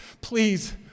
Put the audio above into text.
please